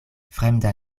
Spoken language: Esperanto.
fremda